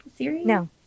No